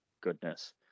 goodness